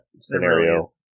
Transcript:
scenario